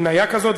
מניה כזאת,